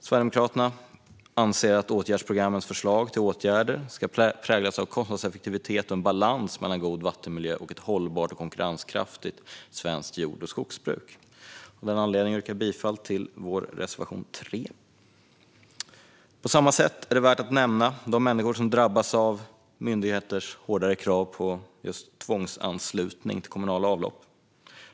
Sverigedemokraterna anser att åtgärdsprogrammets förslag till åtgärder ska präglas av kostnadseffektivitet och en balans mellan god vattenmiljö och ett hållbart och konkurrenskraftigt svenskt jord och skogsbruk. Av denna anledning yrkar jag bifall till vår reservation nr 3. På samma sätt är det värt att nämna de människor som drabbas av myndigheters hårdare krav på tvångsanslutning till kommunala avlopp.